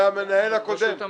אבל זה עדיין נקרא קופת חולים?